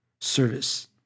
service